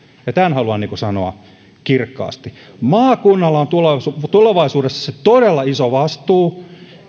ja tämän haluan sanoa kirkkaasti maakunnalla on tulevaisuudessa todella iso vastuu